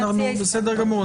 בסדר גמור.